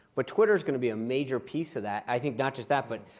but twitter is going to be a major piece of that. i think not just that, but